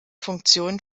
funktionen